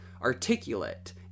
articulate